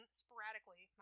sporadically